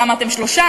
למה אתם שלושה?